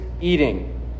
eating